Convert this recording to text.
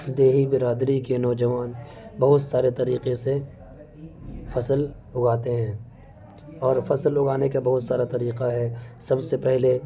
دیہی برادری کے نوجوان بہت سارے طریقے سے فصل اگاتے ہیں اور فصل اگانے کے بہت سارا طریقہ ہے سب سے پہلے